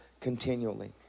continually